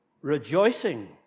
Rejoicing